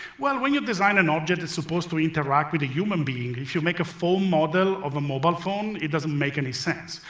well, when you design an object that's supposed to interact with a human being, if you make a foam model of a mobile phone, it doesn't make any sense.